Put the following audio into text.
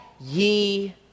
ye